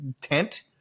tent